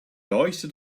hoisted